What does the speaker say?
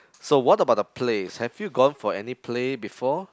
so what about the plays have you gone for any play before